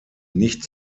nicht